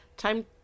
Time